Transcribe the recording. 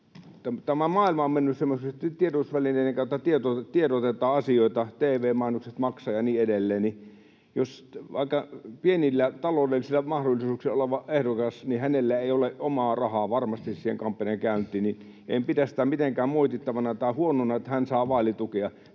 kautta tiedotetaan asioista, tv-mainokset maksavat ja niin edelleen, niin jos on pienillä taloudellisilla mahdollisuuksilla oleva ehdokas, niin hänellä ei ole omaa rahaa varmasti siihen kampanjan käyntiin, niin että en pidä sitä mitenkään moitittavana tai huonona, että hän saa vaalitukea.